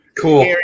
cool